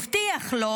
הבטיח לו